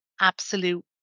absolute